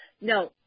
No